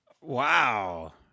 Wow